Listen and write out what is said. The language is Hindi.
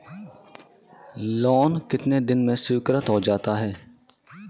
लोंन कितने दिन में स्वीकृत हो जाता है?